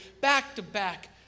back-to-back